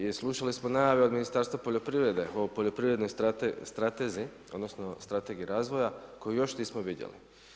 I slušali smo najave od Ministarstva poljoprivrede o poljoprivrednoj strategiji, odnosno Strategiji razvoja koju još nismo vidjeli.